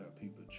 people